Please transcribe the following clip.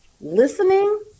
listening